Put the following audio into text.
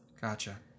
gotcha